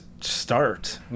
start